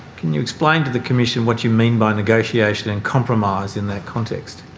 can you explain to the commission what you mean by negotiation and compromise in that context?